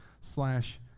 slash